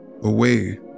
away